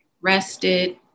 rested